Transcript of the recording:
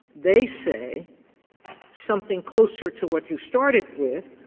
they say something closer to what you started with,